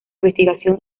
investigación